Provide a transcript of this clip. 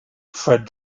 fred